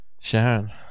sharon